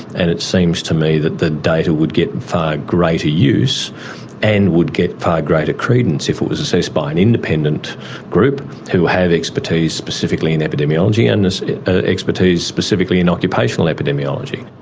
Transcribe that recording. and it seems to me that the data would get far greater use and would get far greater credence if it was assessed by an independent group who have expertise specifically in epidemiology and so ah expertise specifically in occupational epidemiology.